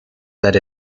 that